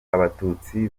abatutsi